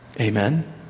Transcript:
Amen